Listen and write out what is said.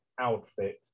outfit